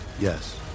Yes